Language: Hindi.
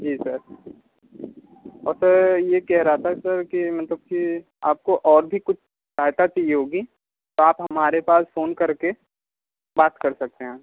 जी सर और सर ये कह रहा था सर की मतलब कि आपको और भी कुछ सहायता चाहिए होगी तो आप हमारे पास फोन कर के बात कर सकते हैं